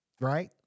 right